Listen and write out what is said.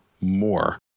more